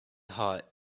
hot